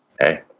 hey